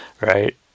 right